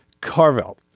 Carvel